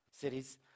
cities